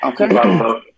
Okay